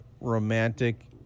romantic